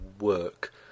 work